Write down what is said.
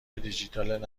دیجیتال